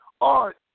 art